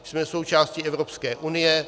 Jsme součástí Evropské unie.